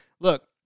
look